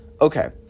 Okay